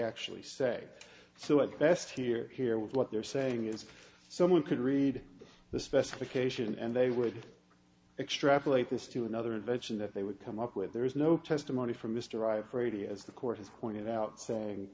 actually say so at best here here with what they're saying is someone could read the specification and they would extrapolate this to another invention that they would come up with there is no testimony from mr i've radio as the court has pointed out saying